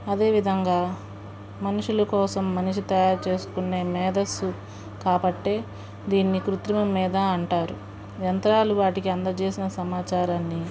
అదేవిధంగా మనుష్యుల కోసం మనిషి తయారు చేసుకునే మేధస్సు కాబట్టి దీన్ని కృత్రిమ మేధా అంటారు యంత్రాలు వాటికి అందచేసిన సమాచారాన్ని